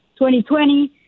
2020